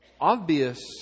obvious